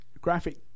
Graphic